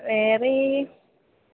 വേറേ ഈ